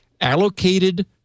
allocated